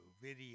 video